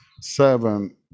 seven